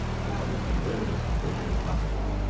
and wanted to be rid of us as quickly as possible.